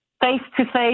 face-to-face